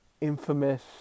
infamous